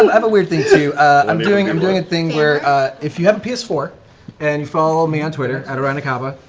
um have a weird thing, too. i'm doing i'm doing a thing where if you have a p s four and you follow me on twitter, and orionacaba,